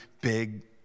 big